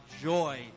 joy